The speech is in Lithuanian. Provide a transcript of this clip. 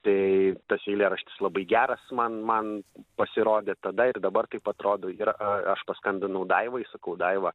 tai tas eilėraštis labai geras man man pasirodė tada ir dabar taip atrodo ir aš paskambinau daivai sakau daiva